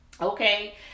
Okay